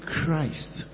Christ